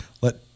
let